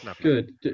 good